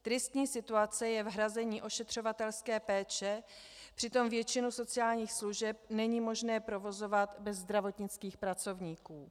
Tristní situace je v hrazení ošetřovatelské péče, přitom většinu sociálních služeb není možné provozovat bez zdravotnických pracovníků.